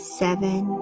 seven